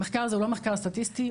המחקר הזה הוא לא מחקר סטטיסטי,